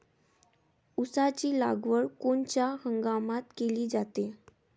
ऊसाची लागवड कोनच्या हंगामात केली जाते?